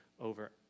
over